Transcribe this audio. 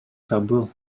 кабыл